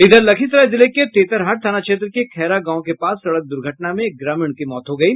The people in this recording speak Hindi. इधर लखीसराय जिले के तेतरहाट थाना क्षेत्र के खैरा गांव के पास सड़क दुर्घटना में एक ग्रामीण की मौत हो गयी